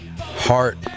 Heart